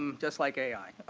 um just like ai.